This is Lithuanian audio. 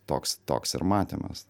toks toks ir matymas